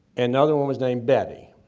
and the other one was named betty.